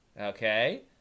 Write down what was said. Okay